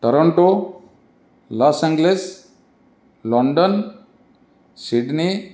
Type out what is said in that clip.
Toronto Los Angeles London Sydney